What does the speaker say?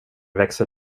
växer